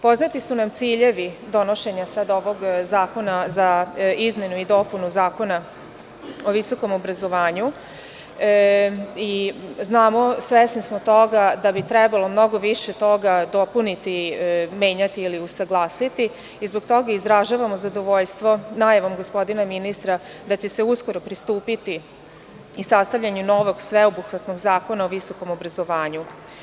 Poznati su nam ciljevi donošenja ovog zakona za izmenu i dopunu Zakona o visokom obrazovanju i znamo i svesni smo toga da bi trebalo mnogo više toga dopuniti, menjati ili usaglasiti i zbog toga izražavamo zadovoljstvo najavom gospodina ministra da će se uskoro pristupiti i sastavljanju novog i sveobuhvatnog zakona o visokom obrazovanju.